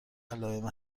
علائم